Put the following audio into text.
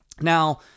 Now